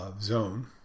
zone